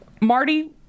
Marty